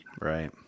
Right